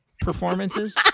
performances